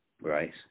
Right